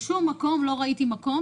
בשום מקום לא ראיתי בקשה